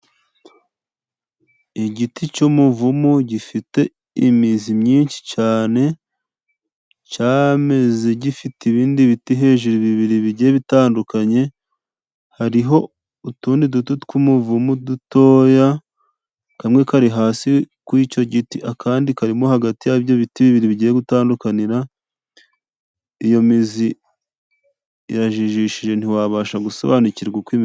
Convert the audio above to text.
Igiti cy'umuvumu gifite imizi myinshi cane, camezi gifite ibindi biti hejuru bibiri bigiye bitandukanye. Hariho utundi duti tw'umuvumu dutoya: Kamwe kari hasi ku icyo giti, akandi kari mo hagati y'aho ibyo biti bibiri bigiye gutandukanira. Iyo mizi irajijishije ntiwabasha gusobanukirwa uko imeze.